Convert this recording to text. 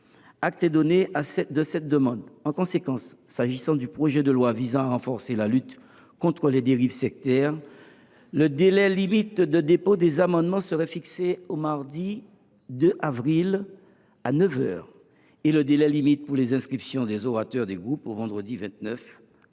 Acte est donné de cette demande. En conséquence, s’agissant du projet de loi visant à renforcer la lutte contre les dérives sectaires, le délai limite de dépôt des amendements serait fixé au mardi 2 avril prochain à 9 heures et le délai limite pour les inscriptions des orateurs des groupes au vendredi 29 mars,